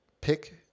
pick